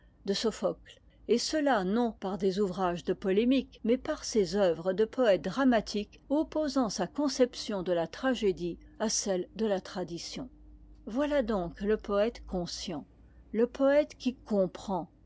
de sophocle et cela non par des ouvrages de polémique mais par ses œuvres de poète dramatique opposant sa conception de la tragédie à celle de la tradition voilà donc le poète conscient le poète qui comprend